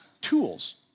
tools